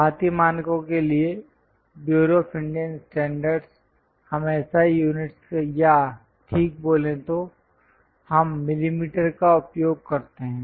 भारतीय मानकों के लिए ब्यूरो ऑफ इंडियन स्टैंडर्ड्स हम SI यूनिट्स या ठीक बोले तो हम मिलीमीटर का उपयोग करते हैं